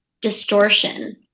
distortion